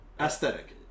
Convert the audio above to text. aesthetic